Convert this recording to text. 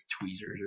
tweezers